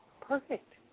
perfect